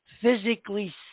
physically